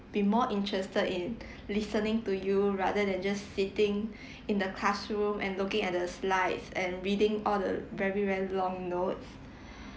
be more interested in listening to you rather than just sitting in the classroom and looking at the slides and reading all the very very long notes